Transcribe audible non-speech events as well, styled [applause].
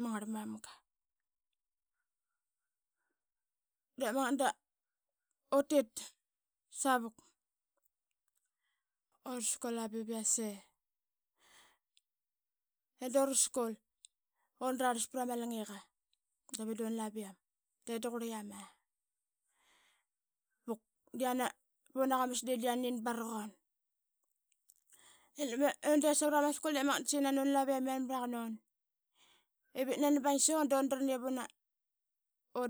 ma ngrl mamga. De magat da utit savuk, ura skul a ba i yase idu raskul i unrarlas prama langiqa davi dura laviam de da qurli yama vuk de yana, punaqamas da yanarin baraqun. Nin baraqut [hesitation] ngi adrlam i de be undit savra ma skul de magat da saqi nani una laviam yan mraqan un, ive nani bain sun dun dran ivun